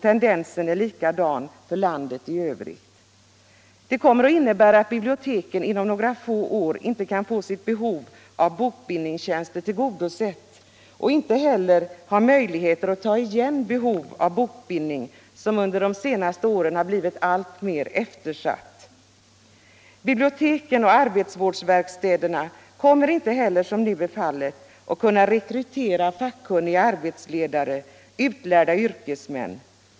Tendensen är densamma för landet i övrigt. Detta kommer att innebära att biblioteken inom några få år inte kan få sitt behov av bokbindningstjänster tillgodosett och inte heller har möjlighet att ta igen det behov av bokbindning som under de senaste åren blivit alltmer eftersatt. Biblioteken och arbetsvårdsverkstäderna kommer inte heller att, som hittills skett, kunna rekrytera fackkunniga arbetsledare och utlärda yrkesmän från näringslivet.